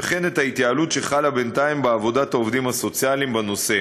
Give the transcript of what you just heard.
וכן את ההתייעלות שחלה בינתיים בעבודת העובדים הסוציאליים בנושא,